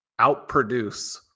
outproduce